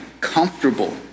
comfortable